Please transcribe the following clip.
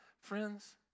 friends